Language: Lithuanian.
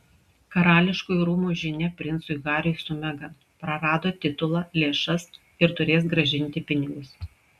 karališkųjų rūmų žinia princui hariui su megan prarado titulą lėšas ir turės grąžinti pinigus